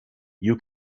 you